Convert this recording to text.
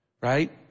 right